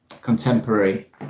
contemporary